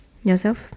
yourself